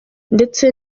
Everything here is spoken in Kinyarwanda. ndetse